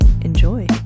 enjoy